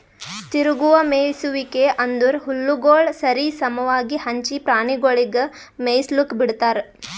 ತಿರುಗುವ ಮೇಯಿಸುವಿಕೆ ಅಂದುರ್ ಹುಲ್ಲುಗೊಳ್ ಸರಿ ಸಮವಾಗಿ ಹಂಚಿ ಪ್ರಾಣಿಗೊಳಿಗ್ ಮೇಯಿಸ್ಲುಕ್ ಬಿಡ್ತಾರ್